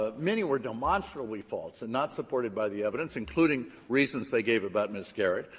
ah many were demonstrably false and not supported by the evidence, including reasons they gave about ms. garrett.